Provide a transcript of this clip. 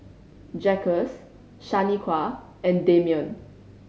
Jacques Shaniqua and Damian